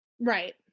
right